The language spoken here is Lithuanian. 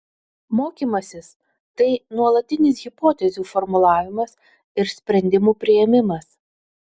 mokymasis tai nuolatinis hipotezių formulavimas ir sprendimų priėmimas